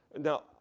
now